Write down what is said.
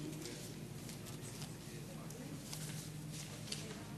הנושא לוועדת החוקה, חוק ומשפט נתקבלה.